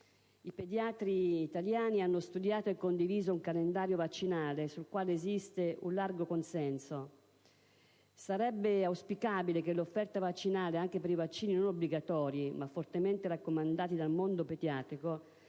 I pediatri italiani hanno studiato e condiviso un calendario vaccinale sul quale esiste un largo consenso. Sarebbe auspicabile che l'offerta vaccinale anche per i vaccini non obbligatori ma fortemente raccomandati dal mondo pediatrico